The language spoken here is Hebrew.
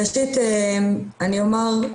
ראשית אני אומר,